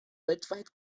weltweit